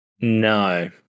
No